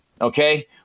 Okay